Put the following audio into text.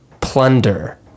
plunder